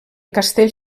castell